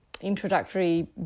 introductory